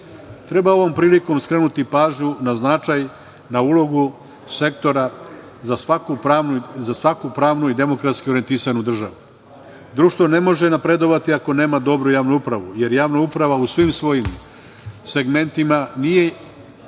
plata. Treba ovom prilikom skrenuti pažnju na značaj, na ulogu sektora za svaku pravnu i demokratski orjentisanu državu. Društvo ne može napredovati ako nema dobru javnu upravu, jer javna uprava u svim svojim segmentima nije